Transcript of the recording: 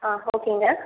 ஆ ஓகேங்க